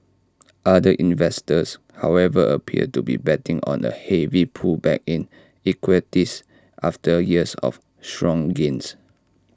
other investors however appear to be betting on A heavy pullback in equities after years of strong gains